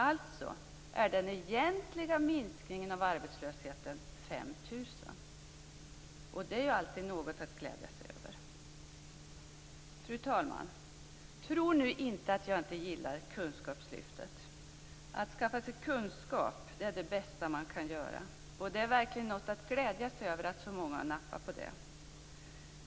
Alltså är den egentliga minskningen av arbetslösheten 5 000, och det är ju alltid något att glädja sig över. Fru talman! Tro nu inte att jag inte gillar kunskapslyftet. Att skaffa sig kunskap är det bästa man kan göra, och det är verkligen något att glädja sig över att så många har nappat på det.